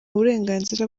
uburenganzira